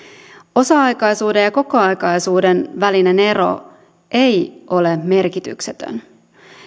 osa aikaisuuden ja kokoaikaisuuden välinen ero ei ole merkityksetön